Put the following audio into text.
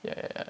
ya ya ya